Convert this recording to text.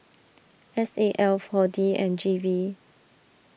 S A L four D and G V